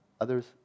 others